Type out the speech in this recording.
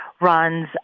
runs